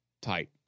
tight